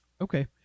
Okay